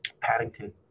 Paddington